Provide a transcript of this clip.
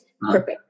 perfect